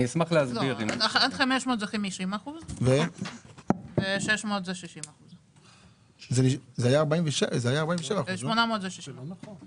עד 500 זה 50% ו-600 זה 60%. לא השוויתם